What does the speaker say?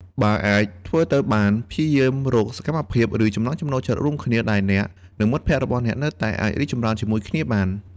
បើអាចធ្វើទៅបាន ព្យាយាមរកសកម្មភាព ឬចំណង់ចំណូលចិត្តរួមគ្នាដែលអ្នក និងមិត្តភក្តិរបស់អ្នកនៅតែអាចរីករាយជាមួយគ្នាបាន។